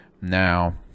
now